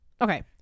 Okay